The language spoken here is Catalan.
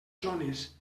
zones